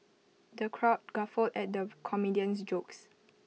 the crowd guffawed at the comedian's jokes